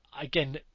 again